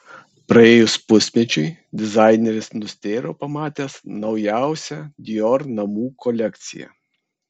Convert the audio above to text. praėjus pusmečiui dizaineris nustėro pamatęs naujausią dior namų kolekciją